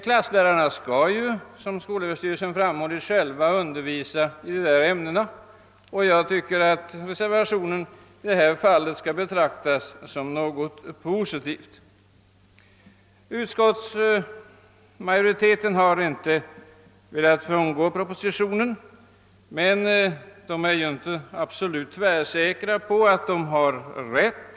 Klasslärarna skall ju, som skolöverstyrelsen framhåller, själva undervisa i övningsämnena. Jag anser att reservationen i det här fallet bör betraktas som något positivt. Utskottsmajoriteten har inte velat frångå regeringens förslag, men man är inte absolut tvärsäker på att man har rätt.